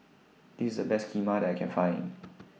This IS The Best Kheema that I Can Find